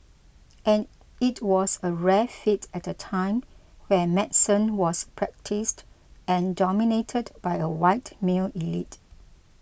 and it was a rare feat at a time when medicine was practised and dominated by a white male elite